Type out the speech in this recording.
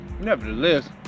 Nevertheless